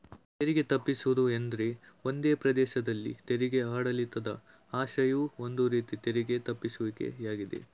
ತೆರಿಗೆ ತಪ್ಪಿಸುವುದು ಎಂದ್ರೆ ಒಂದೇ ಪ್ರದೇಶದಲ್ಲಿ ತೆರಿಗೆ ಆಡಳಿತದ ಆಶ್ರಯವು ಒಂದು ರೀತಿ ತೆರಿಗೆ ತಪ್ಪಿಸುವಿಕೆ ಯಾಗಿದೆ